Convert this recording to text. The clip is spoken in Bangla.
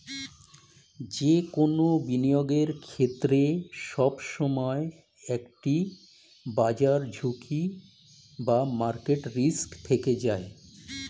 যে কোনো বিনিয়োগের ক্ষেত্রে, সবসময় একটি বাজার ঝুঁকি বা মার্কেট রিস্ক থেকেই যায়